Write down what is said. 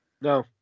No